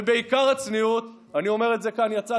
ובעיקר הצניעות, אני אומר את זה כאן, סמוטריץ'